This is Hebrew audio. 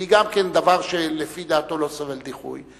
וגם היא דבר שלפי דעתו לא סובל דיחוי.